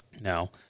Now